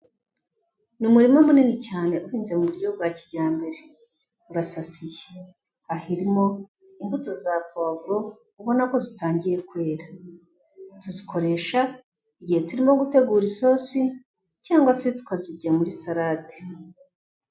Ni umurima munini cyane uhinze mu buryo bwa kijyambere, urasasiye, aho irimo imbuto za puwavuro ubona ko zitangiye kwera, tuzikoresha igihe turimo gutegura isosi cyangwa se tukazijya muri salade.